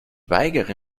weigere